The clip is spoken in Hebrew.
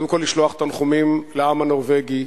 קודם כול לשלוח תנחומים לעם הנורבגי,